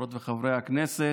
חברות וחברי הכנסת,